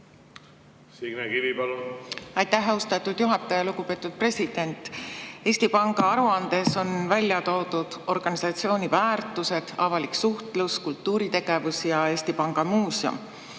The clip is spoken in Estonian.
Signe Kivi, palun! Aitäh, austatud juhataja! Lugupeetud president! Eesti Panga aruandes on välja toodud organisatsiooni väärtused, avalik suhtlus, kultuuritegevus ja Eesti Panga muuseum.